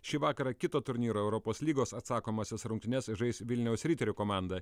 šį vakarą kito turnyro europos lygos atsakomąsias rungtynes žais vilniaus riterių komanda